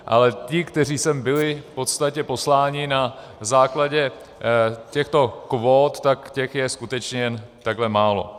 Ale ti, kteří sem byli v podstatě posláni na základě těchto kvót, těch je skutečně jenom takhle málo.